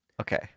Okay